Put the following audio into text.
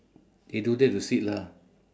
they don't dare to sit lah